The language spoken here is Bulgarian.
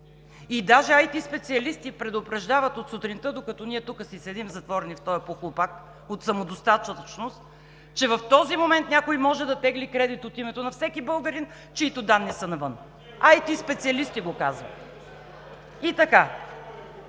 Дори IT специалисти предупреждават от сутринта, докато ние тук си седим, затворени в този похлупак от самодостатъчност, че в този момент някой може да тегли кредит от името на всеки българин, чийто данни са навън. (Реплики от ГЕРБ.)